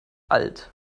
alt